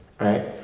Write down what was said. right